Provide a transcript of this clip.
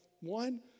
one